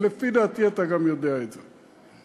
ולפי דעתי אתה גם יודע את זה.